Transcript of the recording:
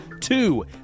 Two